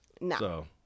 No